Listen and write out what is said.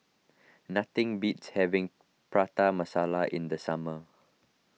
nothing beats having Prata Masala in the summer